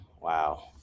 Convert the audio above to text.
wow